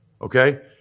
Okay